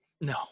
No